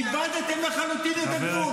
איבדתם לחלוטין את הגבול.